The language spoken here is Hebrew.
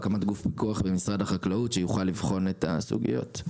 שיוכל לבחון את הסוגיות.